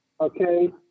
okay